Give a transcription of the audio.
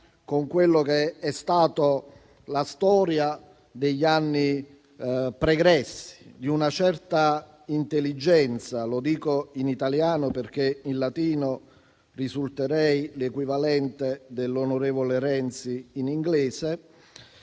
con la storia degli anni pregressi, di una certa intelligenza - lo dico in italiano, perché in latino risulterei l'equivalente dell'onorevole Renzi in inglese